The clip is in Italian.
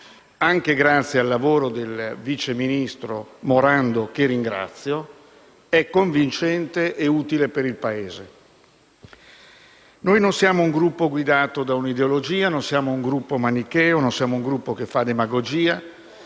anche grazie al lavoro del vice ministro Morando, che ringrazio - è convincente e utile per il Paese. Non siamo un Gruppo guidato da un'ideologia, non siamo un Gruppo manicheo o un Gruppo che fa demagogia